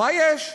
מה יש?